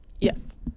Yes